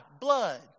blood